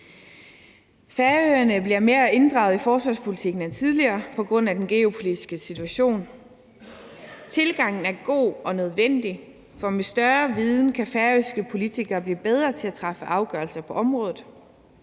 Færøerne bliver mere inddraget i forsvarspolitikken end tidligere på grund af den geopolitiske situation. Tilgangen er god og nødvendig, for med større viden kan færøske politikere blive bedre til at træffe afgørelser på området,